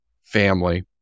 family